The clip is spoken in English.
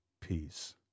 peace